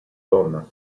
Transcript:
donna